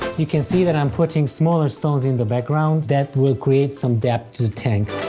you can see that i'm putting smaller stones in the background. that will create some depth to the tank.